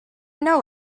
know